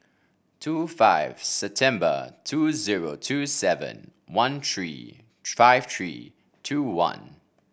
two five September two zero two seven one three five three two one